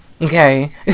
Okay